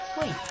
Wait